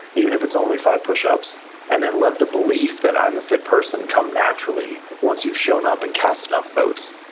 even if it's only five pushups, and then let the belief that i'm a fit person come naturally once you've shown up and cast enough votes.